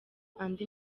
andi